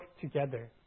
together